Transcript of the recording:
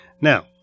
Now